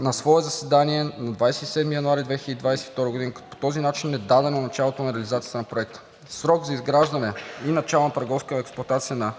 на свое заседание на 27 януари 2022 г., като по този начин е дадено началото на реализацията на проекта. Срокът за изграждане и начална търговска експлоатация на